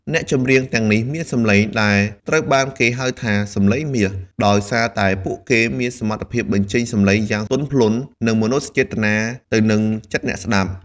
អ្នកចម្រៀងទាំងនេះមានសម្លេងដែលត្រូវបានគេហៅថា “សម្លេងមាស” ដោយសារតែពួកគេមានសមត្ថភាពបញ្ចេញសំឡេងយ៉ាងទន់ភ្លន់ និងមនោសញ្ចេតនាទៅនឹងចិត្តអ្នកស្ដាប់។